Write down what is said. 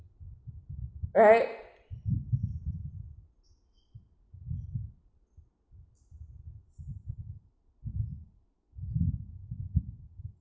right